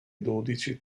dodici